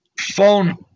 phone